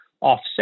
offset